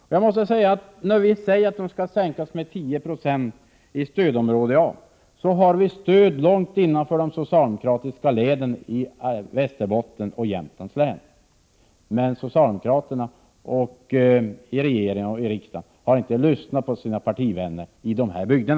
När vi säger att den skall sänkas med 10 26 i stödområde A har vi stöd långt in i de socialdemokratiska leden i Västerbottens och Jämtlands län, men socialdemokraterna i regeringen och i riksdagen har inte lyssnat på sina partivänner i dessa bygder.